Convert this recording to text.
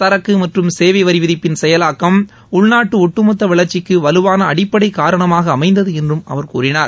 சரக்கு மற்றும் சேவை வரி விதிப்பின் செயலாக்கம் உள்நாட்டு ஒட்டுமொத்த வளர்ச்சிக்கு வலுவான அடிப்படை காரணமாக அமைந்தது என்றும் அவர் கூறினார்